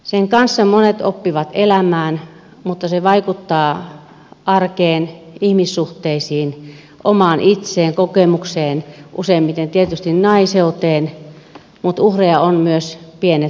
sen kanssa monet oppivat elämään mutta se vaikuttaa arkeen ihmissuhteisiin omaan itseen kokemukseen useimmiten tietysti naiseuteen mutta uhreja ovat myös pienet pojat